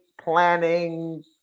planning